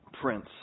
prince